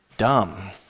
dumb